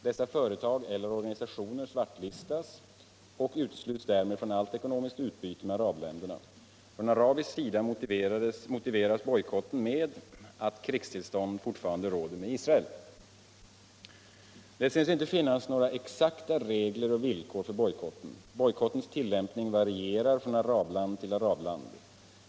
Dessa företag eller organisationer svartlistas och utesluts därmed från allt ekonomiskt utbyte med arabländerna. Från arabisk sida motiveras bojkotten med att krigstillstånd fortfarande råder med Israel. Det synes inte finnas några exakta regler och villkor för bojkotten. Bojkottens tillämpning varierar från arabland till arabland.